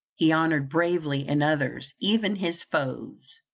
he honored bravery in others, even his foes.